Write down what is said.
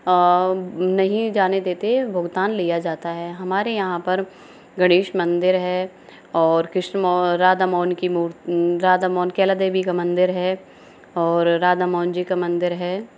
नहीं जाने देते भुगतान लिया जाता है हमारे यहाँ पर गणेश मंदिर है और कृष्ण मो राधा मोहन की मू राधा मोहन केला देवी का मंदिर है और राधा मोहन जी का मंदिर है